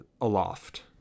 aloft